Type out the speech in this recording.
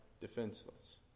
defenseless